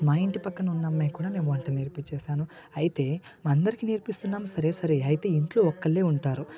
మా ఇంటి పక్కన ఉన్న అమ్మాయి కూడా నేను వాటిని నేర్పించేసాను అయితే అందరికీ నేర్పిస్తున్నాం సరే సరే అయితే ఇంట్లో ఒక్కరే ఉంటారు